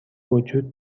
وجود